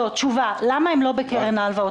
למה הם לא בקרן ההלוואות?